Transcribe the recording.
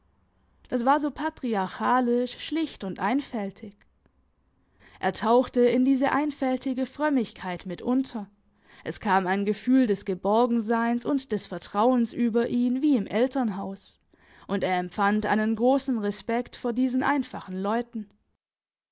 das war so patriarchalisch schlicht und einfältig er tauchte in diese einfältige frömmigkeit mit unter es kam ein gefühl des geborgenseins und des vertrauens über ihn wie im elternhaus und er empfand einen grossen respekt vor diesen einfachen leuten